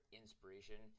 inspiration